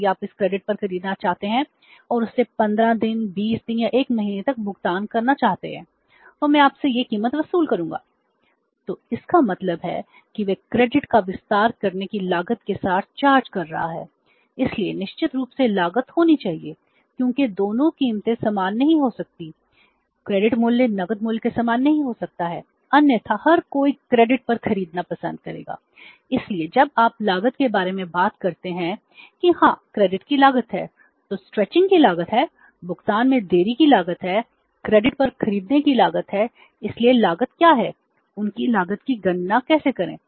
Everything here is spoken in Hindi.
यदि आप इसे क्रेडिट की लागत है भुगतान में देरी की लागत है क्रेडिट पर खरीदने की लागत है इसलिए लागत क्या है उनकी लागत की गणना कैसे करें